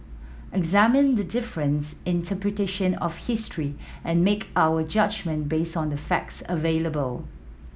examine the difference interpretation of history and make our judgement based on the facts available